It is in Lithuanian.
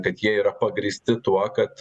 kad jie yra pagrįsti tuo kad